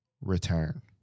Return